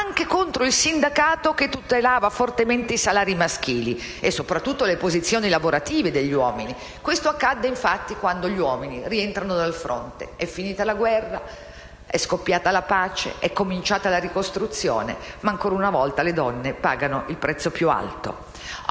anche contro il sindacato che tutelava fortemente i salari maschili e soprattutto le posizioni lavorative degli uomini. Questo accadde quando gli uomini rientrarono dal fronte. È finita la guerra; è scoppiata la pace; è cominciata la ricostruzione, ma, ancora una volta, le donne pagano il prezzo più alto.